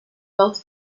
built